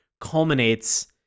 culminates